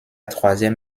troisième